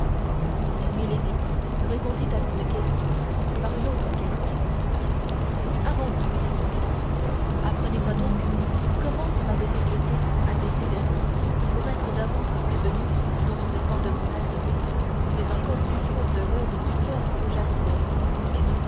milady répondit à une question par une autre question avant tout dit-elle apprenez-moi donc comment vous m'avez fait guetter assez sévèrement pour être d'avance prévenu non seulement de mon arrivée mais encore du jour de l'heure et du port où j'arrivais